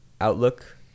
outlook